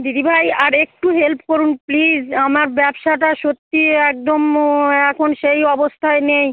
দিদিভাই আর একটু হেল্প করুন প্লিজ আমার ব্যবসাটা সত্যিই একদম এখন সেই অবস্থায় নেই